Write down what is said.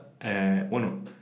bueno